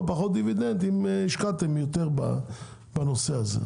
פחות דיבידנד אם השקעתם יותר בנושא הזה.